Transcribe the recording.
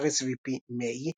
"R.S.V.P." "May",